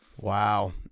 Wow